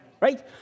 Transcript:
right